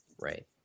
Right